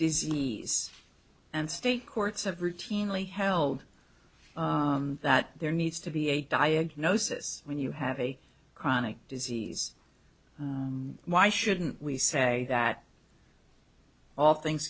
disease and state courts have routinely held that there needs to be a diagnosis when you have a chronic disease why shouldn't we say that all things